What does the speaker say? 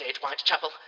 Whitechapel